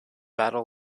battle